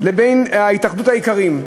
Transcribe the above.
לבין התאחדות האיכרים,